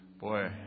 Boy